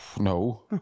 No